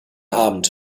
abend